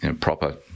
proper